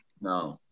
No